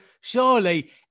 surely